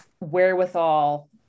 wherewithal